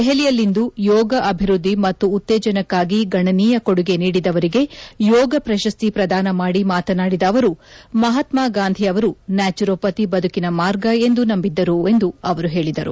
ದೆಹಲಿಯಲ್ಲಿಂದು ಯೋಗ ಅಭಿವ್ವದ್ದಿ ಮತ್ತು ಉತ್ತೇಜನಕ್ನಾಗಿ ಗಣನೀಯ ಕೊಡುಗೆ ನೀಡಿದವರಿಗೆ ಯೋಗ ಪ್ರಶಸ್ತಿ ಪ್ರದಾನ ಮಾಡಿ ಮಾತನಾದಿದ ಅವರು ಮಹಾತ್ಮಾಗಾಂಧಿ ಅವರು ನ್ಯಾಚುರೋಪತಿ ಬದುಕಿನ ಮಾರ್ಗ ಎಂದು ನಂಬಿದ್ದರು ಎಂದು ಅವರು ಹೇಳಿದರು